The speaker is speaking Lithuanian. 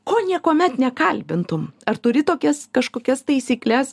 ko niekuomet nekalbintum ar turi tokias kažkokias taisykles